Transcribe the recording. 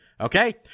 Okay